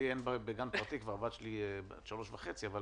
לי אין בגן פרטי, הבת שלי כבר בת שלוש וחצי אבל